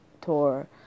Tour